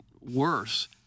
worse